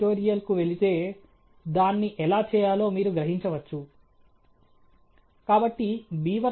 సరే మీకు ప్రయోగానికి ప్రాప్యత ఉంటే మీరు దీనిని ప్రయత్నించాలి మరియు ఇది ఖచ్చితంగా సరైనది కాదని మీరు చూస్తారు కానీ ఇది చాలా మంచి మోడల్